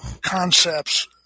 concepts